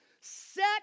Set